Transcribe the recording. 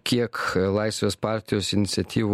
kiek laisvės partijos iniciatyvų